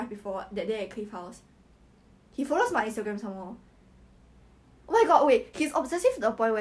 then her boyfriend was like my final answer is still no